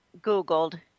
Googled